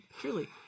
Truly